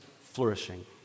flourishing